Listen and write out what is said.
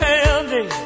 Handy